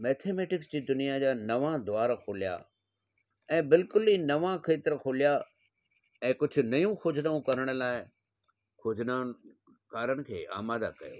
mathematics जी दुनिया जा नवां द्वार खोलिया ऐं बिल्कुलु ई नवां क्षेत्र खोलिया ऐं कुझु नयूं खोजनाऊं करण लाइ खोजनाउनि कारण खे आमादह कयो